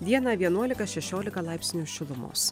dieną vienuolika šešiolika laipsnių šilumos